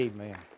Amen